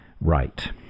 right